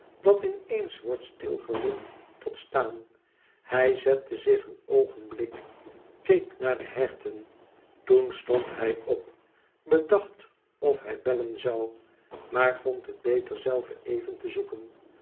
dat in eens wordt stil gerukt tot staan hij zette zich een oogenblik keek naar de herten toen stond hij op bedacht of hij bellen zoû maar vond het beter zelve even te zoeken